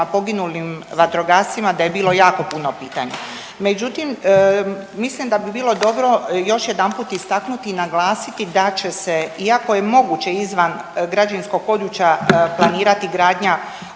poginulim vatrogascima da je bilo jako puno pitanja, međutim mislim da bi bilo dobro još jedanput istaknuti i naglasiti da će se iako je moguće izvan građevinskog područja planirati gradnja